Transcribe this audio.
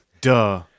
Duh